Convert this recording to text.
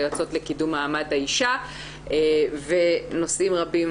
היועצות לקידום מעמד האישה ונושאים רבים.